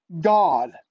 God